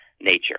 nature